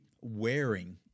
wearing